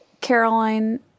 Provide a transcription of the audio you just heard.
Caroline